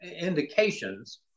indications